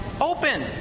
open